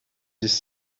these